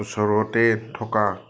ওচৰতে থকা